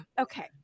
Okay